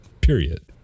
Period